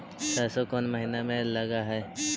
सरसों कोन महिना में लग है?